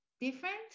different